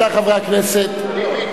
טיבי,